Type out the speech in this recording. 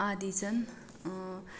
आदि छन्